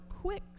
quick